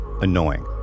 annoying